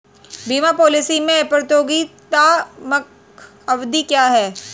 बीमा पॉलिसी में प्रतियोगात्मक अवधि क्या है?